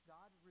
God